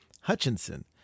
Hutchinson